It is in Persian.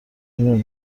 اینو